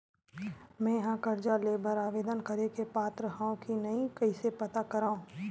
मेंहा कर्जा ले बर आवेदन करे के पात्र हव की नहीं कइसे पता करव?